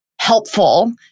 helpful